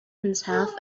himself